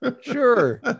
Sure